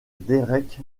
derek